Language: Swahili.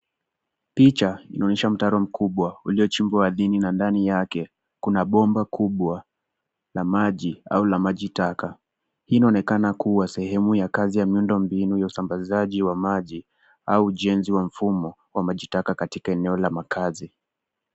Picha inaonyesha mtaro mkubwa uliochimbwa ardhini na ndani yake kuna bomba kubwa na maji au ya maji taka. Hii inaonekana kuwa sehemu ya kazi ya miundo mbinu na usambazaji wa maji au ujenzi wa mifumo wa maji taka katika eneo la makazi.